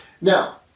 Now